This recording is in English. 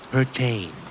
Pertain